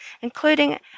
including